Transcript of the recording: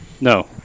No